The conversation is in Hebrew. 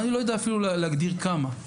אני לא יודע אפילו להגדיר כמה.